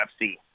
UFC